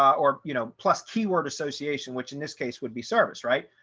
or you know, plus keyword association, which in this case would be service, right.